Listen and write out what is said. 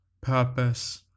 purpose